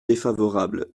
défavorables